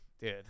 Dude